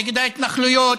נגד ההתנחלויות,